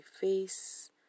face